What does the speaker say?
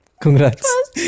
Congrats